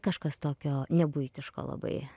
kažkas tokio nebuitiško labai